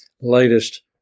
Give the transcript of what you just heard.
latest